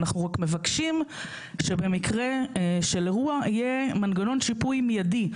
אבל אנחנו רק מבקשים שבמקרה של אירוע יהיה מנגנון שיפוי מידי,